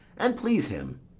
an't please him.